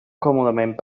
còmodament